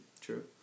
True